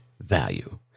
value